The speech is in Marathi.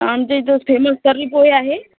आमच्या इथं फेमस तर्री पोहे आहे